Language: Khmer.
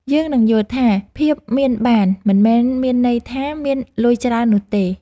យើងនឹងយល់ថា ភាពមានបាន មិនមែនមានន័យថាមានលុយច្រើននោះទេ។